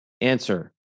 Answer